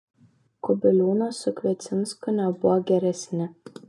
kubiliūnas su kviecinsku nebuvo geresni